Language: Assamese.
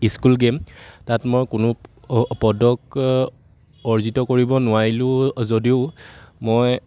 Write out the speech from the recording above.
স্কুল গে'ম তাত মই কোনো অ পদক অৰ্জিত কৰিব নোৱাৰিলোঁ যদিও মই